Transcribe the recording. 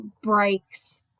breaks